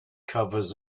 covers